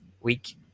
week